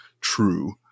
true